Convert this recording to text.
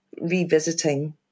revisiting